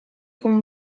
con